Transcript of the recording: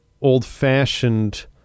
old-fashioned